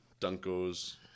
dunkos